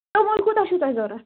توٚمُل کوٗتاہ چھُ تۄہہِ ضوٚرتھ